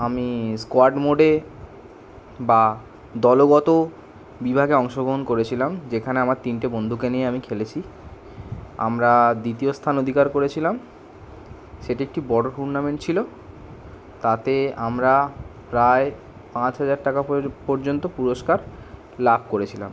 আমি স্কোয়াড মোডে বা দলগত বিভাগে অংশগ্রহণ করেছিলাম যেখানে আমার তিনটে বন্ধুকে নিয়ে আমি খেলেছি আমরা দ্বিতীয় স্থান অধিকার করেছিলাম সেটি একটি বড় টুর্নামেন্ট ছিল তাতে আমরা প্রায় পাঁচ হাজার টাকা পর্যন্ত পুরস্কার লাভ করেছিলাম